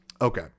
okay